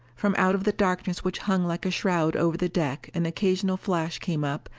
from out of the darkness which hung like a shroud over the deck an occasional flash came up,